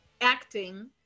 acting